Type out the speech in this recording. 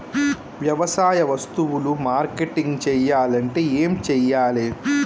వ్యవసాయ వస్తువులు మార్కెటింగ్ చెయ్యాలంటే ఏం చెయ్యాలే?